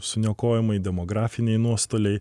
suniokojimai demografiniai nuostoliai